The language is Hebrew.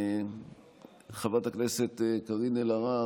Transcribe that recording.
חברת הכנסת קארין אלהרר,